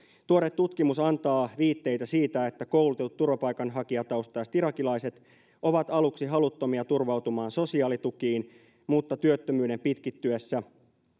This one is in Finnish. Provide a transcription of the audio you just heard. tuore tutkimus antaa viitteitä siitä että koulutetut turvapaikanhakijataustaiset irakilaiset ovat aluksi haluttomia turvautumaan sosiaalitukiin mutta työttömyyden pitkittyessä